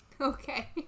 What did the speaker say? okay